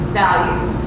values